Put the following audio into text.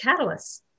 Catalysts